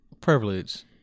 Privilege